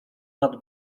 nad